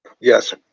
Yes